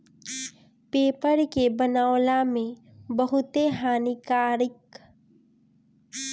paper के बनावला में बहुते हानिकारक गैस भी निकलेला